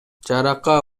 жарака